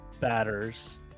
batters